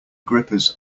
grippers